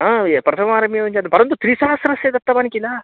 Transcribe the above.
हा ये प्रथमवारमेव जातं परन्तु त्रिसहस्रस्य दत्तवान् किल